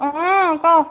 অঁ ক'